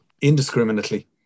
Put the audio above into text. indiscriminately